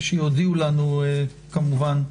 שיודיעו לנו כמובן.